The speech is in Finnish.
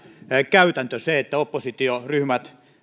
käytäntö se että oppositioryhmät